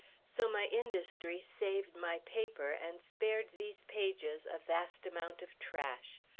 so my industry saved my paper and spared these pages a vast amount of trash.